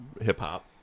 hip-hop